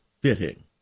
fitting